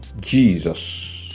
Jesus